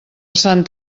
sant